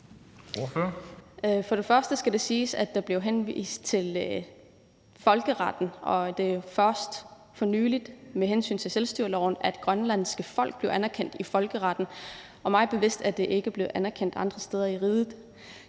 Til det første skal der siges, at der blev henvist til folkeretten. Det er først for nylig, når det gælder selvstyreloven, at det grønlandske folk blev anerkendt af folkeretten. Mig bekendt er det ikke blevet anerkendt andre steder i riget.